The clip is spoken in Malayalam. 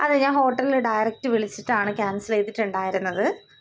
അതെ ഞാന് ഹോട്ടലില് ഡൈറെക്റ്റ് വിളിച്ചിട്ടാണ് ക്യാൻസെലെയ്തിട്ടുണ്ടായിരുന്നത്